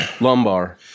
lumbar